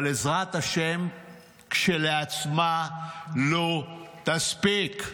אבל עזרת השם כשלעצמה לא תספיק.